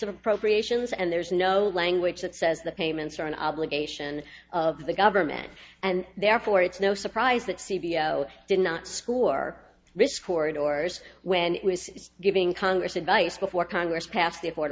appropriations and there's no language that says the payments are an obligation of the government and therefore it's no surprise that c b l did not score risk or doors when it was giving congress advice before congress passed the affordable